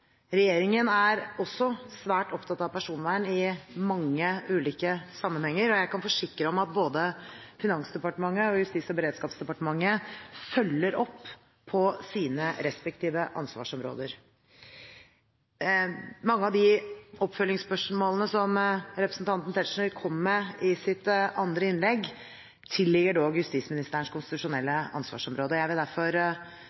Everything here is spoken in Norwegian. i mange ulike sammenhenger, og jeg kan forsikre om at både Finansdepartementet og Justis- og beredskapsdepartementet følger opp på sine respektive ansvarsområder. Mange av de oppfølgingsspørsmålene som representanten Tetzschner kom med i sitt andre innlegg, tilligger dog justisministerens konstitusjonelle ansvarsområde. Jeg vil derfor be ham om å gi et utfyllende svar til representanten og